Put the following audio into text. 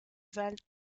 valent